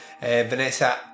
Vanessa